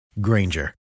Granger